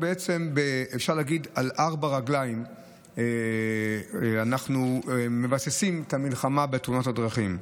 אפשר להגיד שעל ארבע רגליים אנחנו מבססים את המלחמה בתאונות הדרכים.